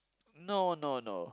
no no no